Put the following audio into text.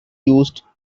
used